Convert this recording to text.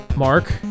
mark